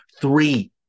three